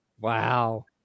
Wow